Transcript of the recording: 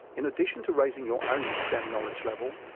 in addition to raising your own stemm knowledge level,